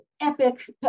epic